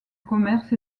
commerce